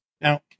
Now